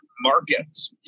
markets